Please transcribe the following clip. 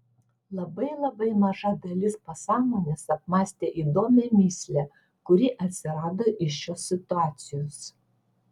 labai labai maža dalis pasąmonės apmąstė įdomią mįslę kuri atsirado iš šios situacijos